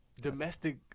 domestic